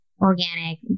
organic